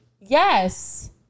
Yes